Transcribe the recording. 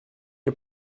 les